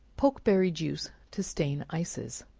pokeberry juice to stain ices.